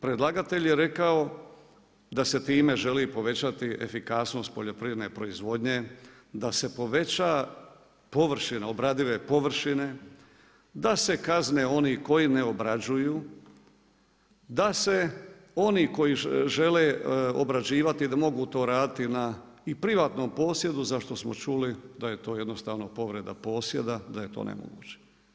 Predlagatelj je rekao da se time želi povećati efikasnost poljoprivredne proizvodnje, da se poveća površina, obradive površine, da se kazne oni koji ne obrađuju, da se oni koji žele obrađivati da mogu to raditi na i privatnom posjedu za što smo čuli da je to jednostavno povreda posjeda, da je to nemoguće.